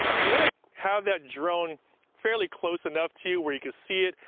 you wanna have that drone fairly close enough to you, where you can see it,